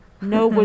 No